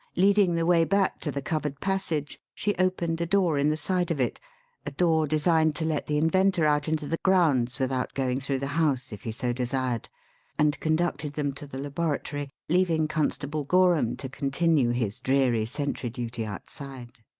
leading the way back to the covered passage, she opened a door in the side of it a door designed to let the inventor out into the grounds without going through the house, if he so desired and conducted them to the laboratory, leaving constable gorham to continue his dreary sentry duty outside.